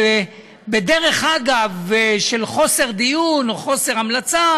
שבדרך אגב של חוסר דיון או חוסר המלצה